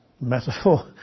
metaphor